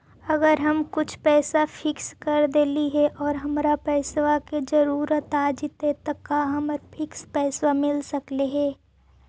अगर हम कुछ पैसा फिक्स कर देली हे और हमरा पैसा के जरुरत आ जितै त का हमरा फिक्स पैसबा मिल सकले हे?